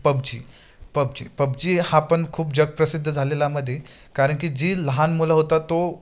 PUBG PUBG PUBG हा पण खूप जगप्रसिद्ध झालेला मध्ये कारण की जी लहान मुलं होता तो